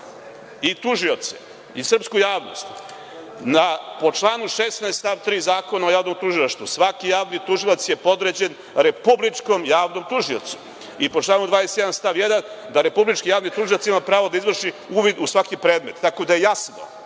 i tužioce i srpsku javnost, po članu 16. stav 3. Zakona o javnom tužilaštvu, svaki javni tužilac je podređen republičkom javnom tužiocu i po članu 21. stav 1. da republički javni tužilac ima pravo da izvrši uvid u svaki predmet, tako da je jasno